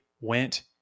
went